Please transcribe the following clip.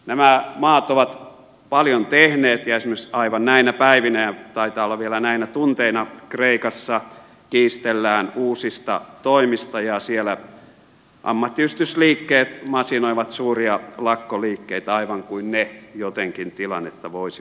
nämä maat ovat paljon tehneet ja esimerkiksi aivan näinä päivinä taitaa olla vielä näinä tunteina kreikassa kiistellään uusista toimista ja siellä ammattiyhdistysliikkeet masinoivat suuria lakkoliikkeitä aivan kuin ne jotenkin tilannetta voisivat auttaa